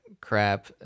crap